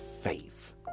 faith